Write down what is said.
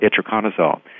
itraconazole